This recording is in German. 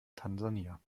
tansania